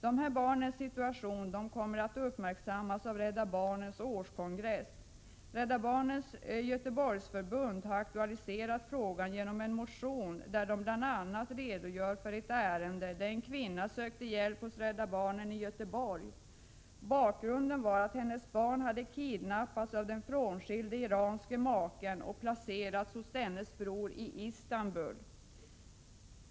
Dessa barns situation kommer att uppmärksammas av Rädda barnens årskongress. Rädda barnens Göteborgsförbund har aktualiserat frågan genom en motion, där de bl.a. redogör för ett ärende där en kvinna sökte hjälp hos Rädda barnen i Göteborg. Bakgrunden var att hennes barn hade kidnappats av den frånskilde iranske maken och placerats hos dennes bror i Istanbul.